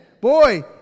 boy